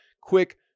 Quick